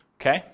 okay